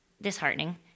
disheartening